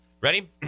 Ready